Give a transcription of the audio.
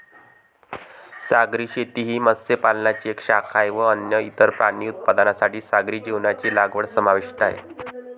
सागरी शेती ही मत्स्य पालनाची एक शाखा आहे व अन्न, इतर प्राणी उत्पादनांसाठी सागरी जीवांची लागवड समाविष्ट आहे